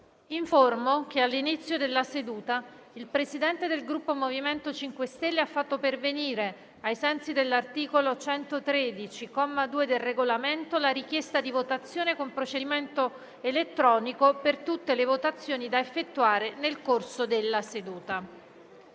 che all'inizio della seduta il Presidente del Gruppo MoVimento 5 Stelle ha fatto pervenire, ai sensi dell'articolo 113, comma 2, del Regolamento, la richiesta di votazione con procedimento elettronico per tutte le votazioni da effettuare nel corso della seduta.